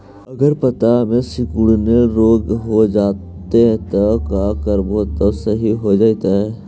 अगर पत्ता में सिकुड़न रोग हो जैतै त का करबै त सहि हो जैतै?